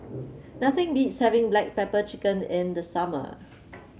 nothing beats having Black Pepper Chicken in the summer